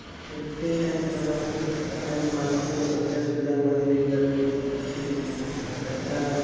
शेतकरी त्यांची जनावरं सुरक्षितपणे आणि मानवतेने प्रक्रिया सुविधांमध्ये नेले जातील याची खात्री त्यांच्या